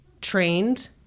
trained